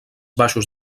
baixos